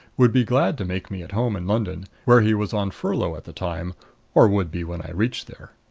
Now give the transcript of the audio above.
would be glad to make me at home in london, where he was on furlough at the time or would be when i reached there.